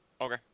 Okay